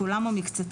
כולם או מקצתם,